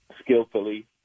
Skillfully